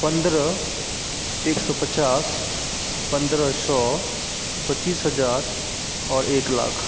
पन्द्रह एक सए पचास पन्द्रह सए पच्चीस हजार आओर एक लाख